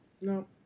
No